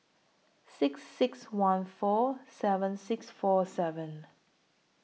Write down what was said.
six six one four seven six four seven